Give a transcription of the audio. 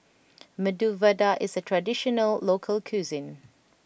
Medu Vada is a traditional local cuisine